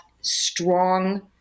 strong